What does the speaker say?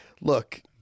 Look